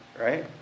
right